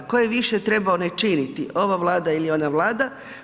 Tko je više trebao ne činiti, ova vlada ili ona vlada.